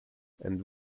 and